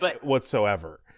whatsoever